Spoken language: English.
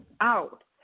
out